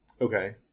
Okay